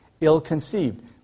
ill-conceived